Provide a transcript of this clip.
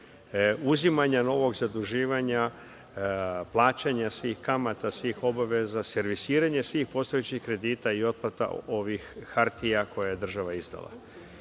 uzimanja novog zaduživanja, plaćanja svih kamata, svih obaveza, servisiranje svih postojećih kredita i otplata ovih hartija koje je država izdala.